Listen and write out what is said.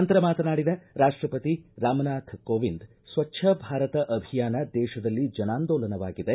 ನಂತರ ಮಾತನಾಡಿದ ರಾಷ್ಟಪತಿ ರಾಮನಾಥ ಕೋವಿಂದ್ ಸ್ವಚ್ಛ ಭಾರತ ಅಭಿಯಾನ ದೇಶದಲ್ಲಿ ಜನಾಂದೋಲನವಾಗಿದೆ